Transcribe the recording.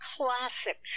classic